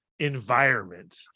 environment